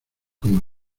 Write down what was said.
como